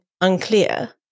unclear